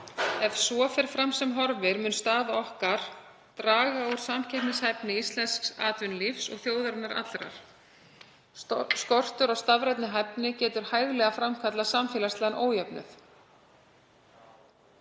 Ef svo fer fram sem horfir mun staða okkar draga úr samkeppnishæfni íslensks atvinnulífs og þjóðarinnar allrar. Skortur á stafrænni hæfni getur hæglega framkallað samfélagslegan ójöfnuð.